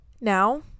now